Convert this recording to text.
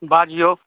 बाजियौ